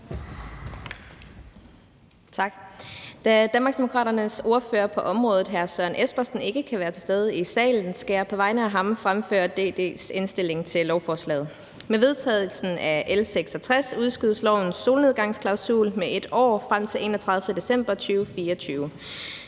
Da Danmarksdemokraternes ordfører på området, hr. Søren Espersen, ikke kan være til stede i salen, skal jeg på vegne af ham fremføre DD's indstilling til lovforslaget. Med vedtagelsen af L 66 udskydes lovens solnedgangsklausul med et år frem til 31. december 2024.